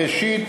ראשית,